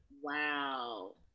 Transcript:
Wow